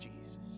Jesus